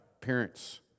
parents